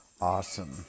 awesome